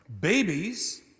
babies